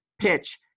PITCH